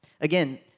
again